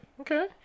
Okay